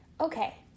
Okay